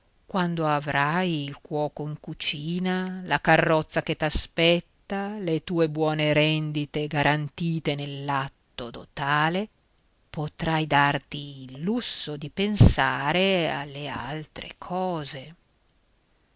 quando avrai il cuoco in cucina la carrozza che t'aspetta e le tue buone rendite garantite nell'atto dotale potrai darti il lusso di pensare alle altre cose